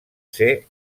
ser